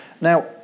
Now